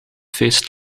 feest